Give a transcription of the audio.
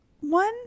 one